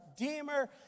redeemer